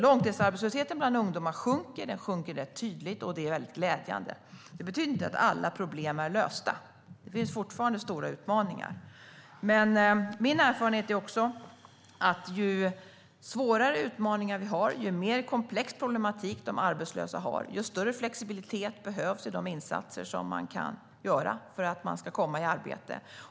Långtidsarbetslösheten bland ungdomar sjunker alltså rätt tydligt, vilket är mycket glädjande. Det betyder inte att alla problem är lösta. Det finns fortfarande stora utmaningar. Min erfarenhet är att ju svårare utmaningar vi har och ju mer komplex problematik som de arbetslösa har, desto större flexibilitet behövs i de insatser som man kan göra för att de arbetslösa ska komma i arbete.